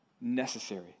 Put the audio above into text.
necessary